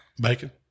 Bacon